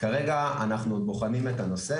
כרגע אנחנו עוד בוחנים את הנושא,